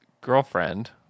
girlfriend